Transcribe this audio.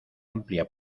amplia